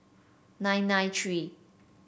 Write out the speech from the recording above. nine nine three